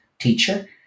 teacher